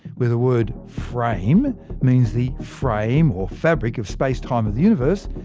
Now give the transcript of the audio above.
where the word frame means the frame or fabric of space-time of the universe,